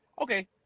okay